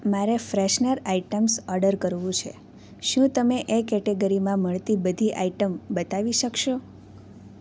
મારે freshener items order કરવું છે શું તમે એ કેટેગરીમાં મળતી બધી આઇટમ બતાવી શકશો